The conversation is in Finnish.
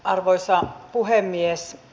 arvoisa puhemies